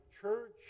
church